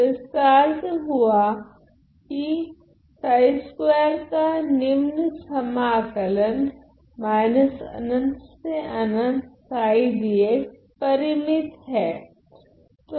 तो इसका अर्थ क्या हुआ कि का निम्न समाकलन परिमित हैं